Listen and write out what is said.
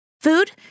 Food